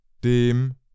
dem